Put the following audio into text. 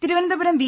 Thiruvananthapuram V